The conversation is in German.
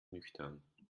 nüchtern